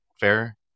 Fair